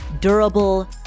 durable